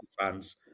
fans